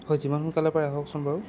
হয় যিমান সোনকালে পাৰে আহকচোন বাৰু